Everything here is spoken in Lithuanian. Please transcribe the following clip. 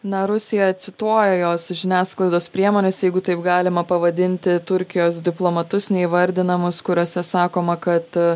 na rusija cituoja jos žiniasklaidos priemonės jeigu taip galima pavadinti turkijos diplomatus neįvardinamus kuriose sakoma kad